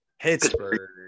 Pittsburgh